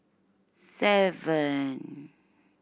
seven